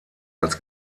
als